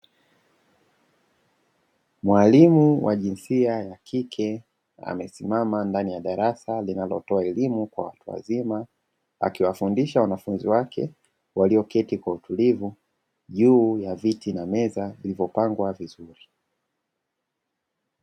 Mwalimu wa jinsia ya kike amesimama ndani ya darasa linalotoa elimu kwa watu wazima, akiwafundisha wanafunzi wake walioketi kwa utulivu juu ya viti na meza vilivyopangwa vizuri.